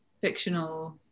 fictional